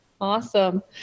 awesome